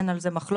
אין על זה מחלוקת.